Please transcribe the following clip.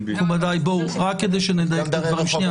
מכובדיי, רק כדי שנדייק את הדברים.